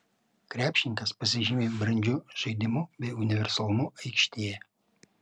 krepšininkas pasižymi brandžiu žaidimu bei universalumu aikštėje